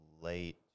Late